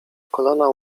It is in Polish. kolana